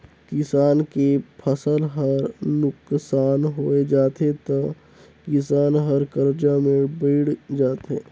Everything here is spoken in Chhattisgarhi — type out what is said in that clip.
किसान के फसल हर नुकसान होय जाथे त किसान हर करजा में बइड़ जाथे